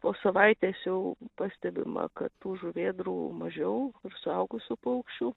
po savaitės jau pastebima kad tų žuvėdrų mažiau ir suaugusių paukščių